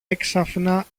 έξαφνα